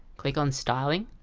click on styling.